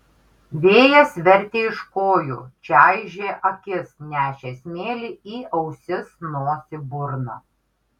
vėjas vertė iš kojų čaižė akis nešė smėlį į ausis nosį burną